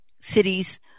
cities